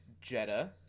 Jetta